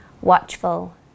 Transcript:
watchful